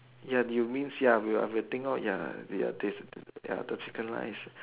ya you mean ya we think lor ya ya the chicken rice